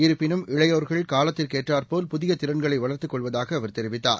இருப்பினும் இளையோர்கள் காலத்திற்குஏற்றார்போல் புதியதிறன்களைவளர்த்துக் கொள்வதாகஅவர் தெரிவித்தார்